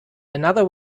another